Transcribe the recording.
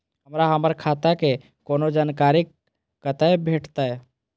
हमरा हमर खाता के कोनो जानकारी कतै भेटतै?